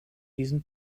diesem